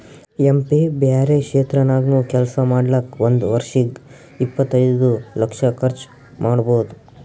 M P ಬ್ಯಾರೆ ಕ್ಷೇತ್ರ ನಾಗ್ನು ಕೆಲ್ಸಾ ಮಾಡ್ಲಾಕ್ ಒಂದ್ ವರ್ಷಿಗ್ ಇಪ್ಪತೈದು ಲಕ್ಷ ಕರ್ಚ್ ಮಾಡ್ಬೋದ್